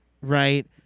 right